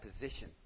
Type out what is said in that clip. position